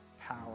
power